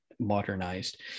Modernized